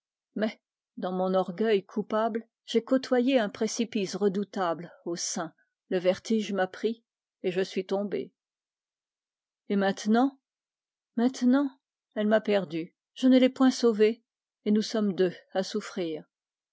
mais dans mon orgueil coupable j'ai côtoyé un précipice redoutable aux saints le vertige m'a pris je suis tombé et maintenant maintenant elle m'a perdu je ne l'ai point sauvée et nous sommes deux à souffrir